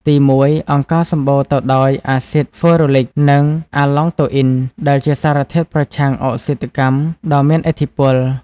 ទីមួយ អង្ករសម្បូរទៅដោយ អាស៊ីតហ្វឺរូលិក និង អាលឡង់តូអ៊ីន ដែលជាសារធាតុប្រឆាំងអុកស៊ីតកម្មដ៏មានឥទ្ធិពល។